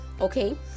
okay